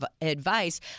advice